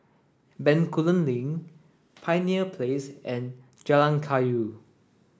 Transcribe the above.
Bencoolen Link Pioneer Place and Jalan Kayu